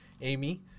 Amy